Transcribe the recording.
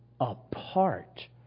Apart